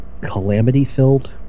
calamity-filled